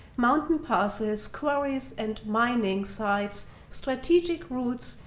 mountain passes, quarries, and mining sites, strategic routes,